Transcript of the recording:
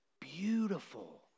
beautiful